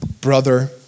brother